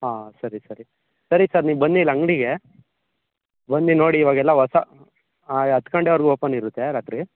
ಹಾಂ ಸರಿ ಸರಿ ಸರಿ ಸರ್ ನೀವು ಬನ್ನಿ ಇಲ್ಲಿ ಅಂಗಡಿಗೆ ಬನ್ನಿ ನೋಡಿ ಇವಾಗೆಲ್ಲ ಹೊಸ ಹತ್ತು ಗಂಟೆವರೆಗೆ ಓಪನ್ ಇರುತ್ತೆ ರಾತ್ರಿ